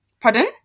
Pardon